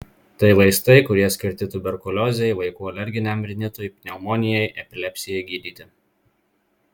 tai vaistai kurie skirti tuberkuliozei vaikų alerginiam rinitui pneumonijai epilepsijai gydyti